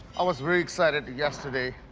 i was really excited yesterday,